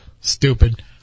stupid